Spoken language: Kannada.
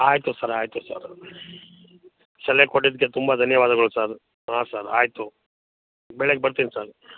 ಆಯಿತು ಸರ್ ಆಯಿತು ಸರ್ ಸಲಹೆ ಕೊಟ್ಟಿದ್ದಕ್ಕೆ ತುಂಬ ಧನ್ಯವಾದಗಳು ಸರ್ ಹಾಂ ಸರ್ ಆಯಿತು ಬೆಳಿಗ್ಗೆ ಬರ್ತೀನಿ ಸರ್